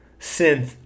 synth